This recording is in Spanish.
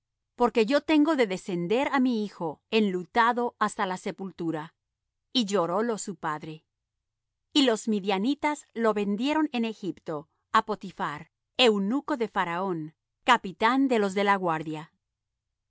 porque yo tengo de descender á mi hijo enlutado hasta la sepultura y llorólo su padre y los midianitas lo vendieron en egipto á potiphar eunuco de faraón capitán de los de la guardia